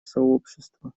сообщества